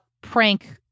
prank